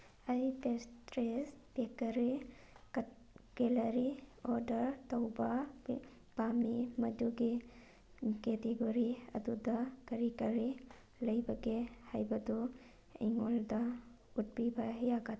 ꯑꯩ pastries bakery ꯀꯠꯀꯦꯂꯔꯤ order ꯇꯧꯕ ꯄꯥꯝꯃꯤ ꯃꯗꯨꯒꯤ ꯀꯦꯇꯦꯒꯣꯔꯤ ꯑꯗꯨꯗ ꯀꯔꯤ ꯀꯔꯤ ꯂꯩꯕꯒꯦ ꯍꯥꯏꯕꯗꯨ ꯑꯩꯉꯣꯟꯗ ꯎꯠꯄꯤꯕ ꯌꯥꯒꯗ꯭ꯔꯥ